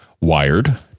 wired